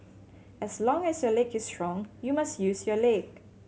as long as your leg is strong you must use your leg